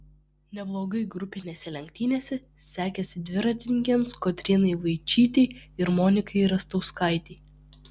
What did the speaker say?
neblogai grupinėse lenktynėse sekėsi dviratininkėms kotrynai vaičytei ir monikai rastauskaitei